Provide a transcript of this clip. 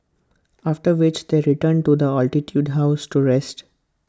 after which they return to the altitude house to rest